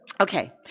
Okay